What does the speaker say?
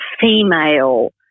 female